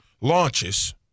launches